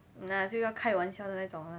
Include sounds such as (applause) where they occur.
(noise) 就是开玩笑的那种啦